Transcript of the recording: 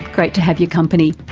great to have your company.